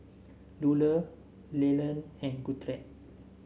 Lular Leland and Gertrude